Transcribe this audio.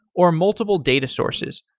or multiple data sources.